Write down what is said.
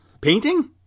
Painting